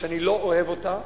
שאני לא אוהב אותה,